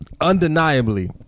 undeniably